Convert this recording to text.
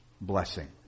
blessing